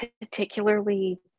particularly